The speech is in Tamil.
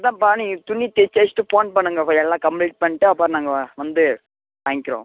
அதுதான்பா நீங்கள் தச்சு வச்சுட்டு ஃபோன் பண்ணுங்க எல்லாம் கம்ப்ளீட் பண்ணிட்டு அப்புறம் நாங்கள் வந்து வாய்ங்கிறோம்